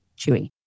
Chewy